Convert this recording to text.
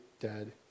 dead